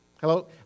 Hello